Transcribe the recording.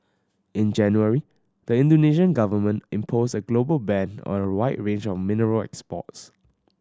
in January the Indonesian Government imposed a global ban on a wide range of mineral exports